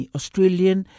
Australian